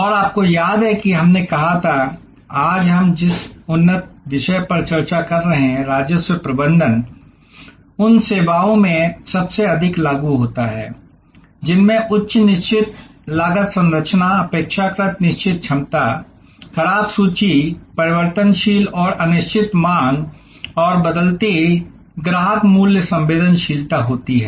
और आपको याद है कि हमने कहा था कि आज हम जिस उन्नत विषय पर चर्चा कर रहे हैं राजस्व प्रबंधन उन सेवाओं में सबसे अधिक लागू होता है जिनमें उच्च निश्चित लागत संरचना अपेक्षाकृत निश्चित क्षमता खराब सूची परिवर्तनशील और अनिश्चित मांग और बदलती ग्राहक मूल्य संवेदनशीलता होती है